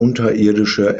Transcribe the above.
unterirdische